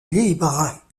libre